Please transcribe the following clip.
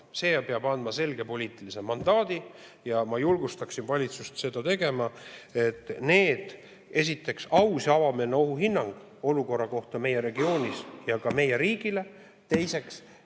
See peab andma selge poliitilise mandaadi ja ma julgustan valitsust seda tegema. Esiteks aus ja avameelne ohuhinnang olukorra kohta meie regioonis ja ka meie riigis ning teiseks